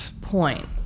point